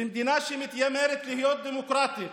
ומדינה שמתיימרת להיות דמוקרטית